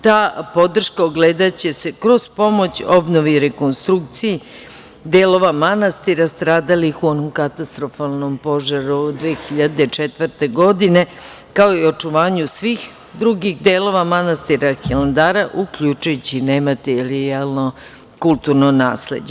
Ta podrška ogledaće se kroz pomoć obnove i rekonstrukciju delova manastira stradalih u onom katastrofalnom požaru 2004. godine, kao i očuvanju svih drugih delova manastira Hilandara, uključujući i nematerijalno kulturno nasleđe.